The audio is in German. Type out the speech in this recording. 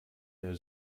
der